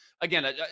again